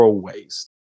waste